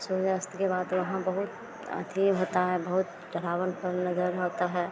सूर्य अस्त के बाद वहाँ बहुत अथी होता है बहुत डरावनापन नजर आता है